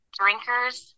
drinkers